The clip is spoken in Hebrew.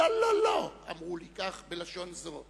לא, לא, לא, אמרו לי, כך בלשון זו,